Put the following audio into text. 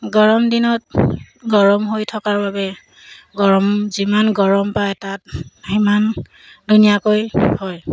গৰমদিনত গৰম হৈ থকাৰ বাবে গৰম যিমান গৰম পায় তাত সিমান ধুনীয়াকৈ হয়